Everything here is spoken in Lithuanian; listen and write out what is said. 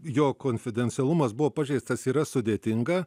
jog konfidencialumas buvo pažeistas yra sudėtinga